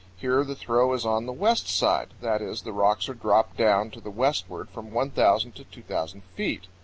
here the throw is on the west side that is, the rocks are dropped down to the westward from one thousand to two thousand feet.